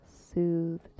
soothed